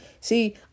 see